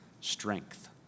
strength